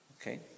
Okay